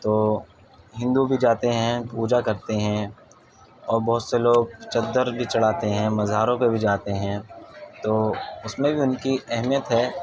تو ہندو بھی جاتے ہیں پوجا کرتے ہیں اور بہت سے لوگ چدر بھی چڑھاتے ہیں مزاروں پہ بھی جاتے ہیں تو اس میں بھی ان کی اہمیت ہے